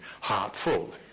heartful